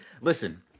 listen